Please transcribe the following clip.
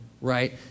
right